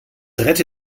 rette